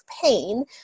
pain